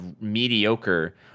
mediocre